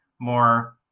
more